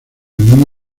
emilia